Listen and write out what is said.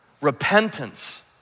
Repentance